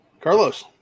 Carlos